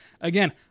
Again